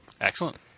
Excellent